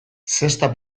zesta